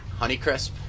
Honeycrisp